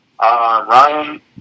Ryan